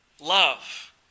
love